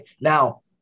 Now